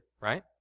right